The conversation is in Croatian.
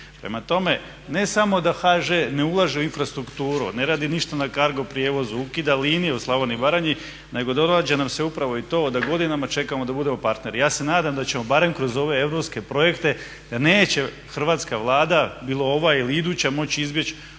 Prema tome, ne samo da HŽ ne ulaže u infrastrukturu, ne radi ništa na cargo prijevozu, ukida linije u Slavoniji i Baranji, nego događa nam se upravo i to da godinama čekamo da budemo partneri. Ja se nadam da ćemo barem kroz ove europske projekte da neće Hrvatska vlada, bilo ova ili iduća, moći izbjeći